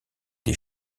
des